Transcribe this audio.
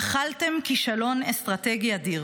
נחלתם כישלון אסטרטגי אדיר.